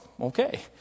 Okay